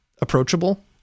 approachable